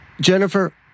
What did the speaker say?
Jennifer